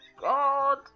God